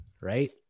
Right